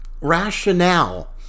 rationale